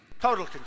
Total